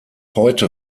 heute